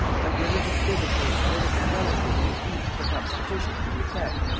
but religious bigotry and political jealousy, each perhaps sufficient for the effect,